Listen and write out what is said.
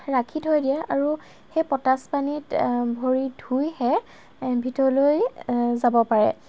ৰাখি থৈ দিয়ে আৰু সেই পটাচ পানীত ভৰি ধুইহে ভিতৰলৈ যাব পাৰে